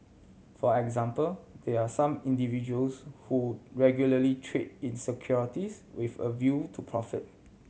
for example there are some individuals who regularly trade in securities with a view to profit